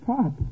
Pop